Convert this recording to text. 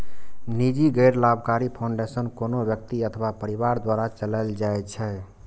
निजी गैर लाभकारी फाउंडेशन कोनो व्यक्ति अथवा परिवार द्वारा चलाएल जाइ छै